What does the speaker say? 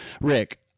Rick